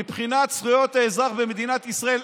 מבחינת זכויות האזרח במדינת ישראל,